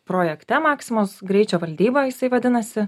projekte maksimos greičio valdyba jisai vadinasi